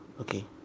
okay